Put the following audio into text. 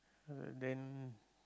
uh then